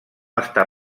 està